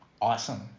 Awesome